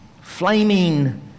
flaming